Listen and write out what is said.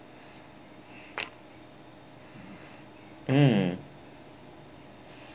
mm